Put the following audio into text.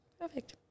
Perfect